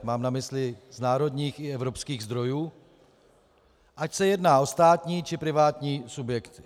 Mám na mysli z národních i evropských zdrojů, ať se jedná o státní, či privátní subjekty.